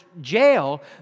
jail